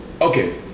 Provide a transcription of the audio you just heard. Okay